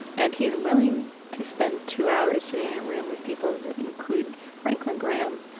and he's willing to spend two hours sitting in a room with people that include franklin graham,